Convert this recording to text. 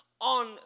on